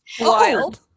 Wild